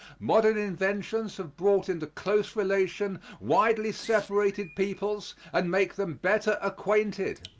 modern inventions have brought into close relation widely separated peoples and make them better acquainted.